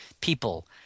people